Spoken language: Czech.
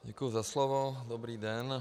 Děkuji za slovo, dobrý den.